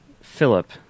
Philip